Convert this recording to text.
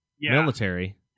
military